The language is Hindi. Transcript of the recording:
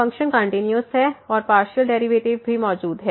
फ़ंक्शन कंटिन्यूस है और पार्शियल डेरिवेटिव भी मौजूद हैं